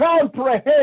comprehend